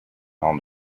own